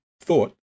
Thought